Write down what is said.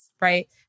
right